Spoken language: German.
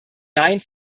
nein